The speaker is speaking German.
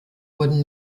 wurden